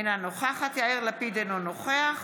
אינו נוכחת יאיר לפיד, אינו נוכח